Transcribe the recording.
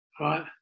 Right